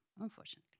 unfortunately